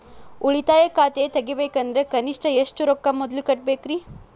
ಉಳಿತಾಯ ಖಾತೆ ತೆಗಿಬೇಕಂದ್ರ ಕನಿಷ್ಟ ಎಷ್ಟು ರೊಕ್ಕ ಮೊದಲ ಕಟ್ಟಬೇಕ್ರಿ?